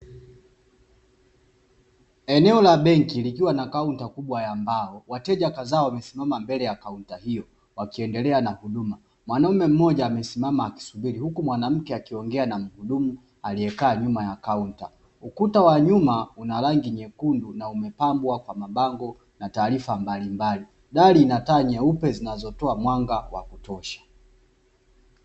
Eneo la benki, likiwa na kaunta kubwa ya mbao, wateja kadhaa wamesimama mbele ya kaunta hiyo wakiendelea na huduma, mwanaume mmoja amesimama akisubiri, huku mwanamke akiongea na mhudumu aliyekaa nyuma ya kaunta, ukuta wa nyuma una rangi nyekundu na umepambwa kwa mabango na taarifa mbalimbali, dari ina nyeupe zinazotoa mwanga wa kutosha.